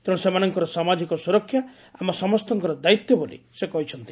ତେଶୁ ସେମାନଙ୍ଙ ସାମାଜିକ ସୁରକ୍ଷା ଆମ ସମସ୍ତଙ୍କର ଦାୟିତ୍ୱ ବୋଲି ସେ କହିଛନ୍ତି